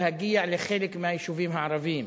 להגיע לחלק מהיישובים הערביים.